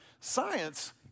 science